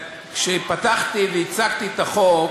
כשפתחתי והצגתי את החוק